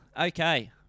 Okay